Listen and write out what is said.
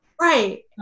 Right